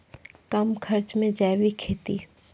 कम खर्च मे जैविक खेती?